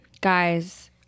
guys